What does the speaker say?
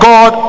God